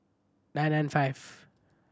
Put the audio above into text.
nine nine five